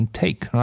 take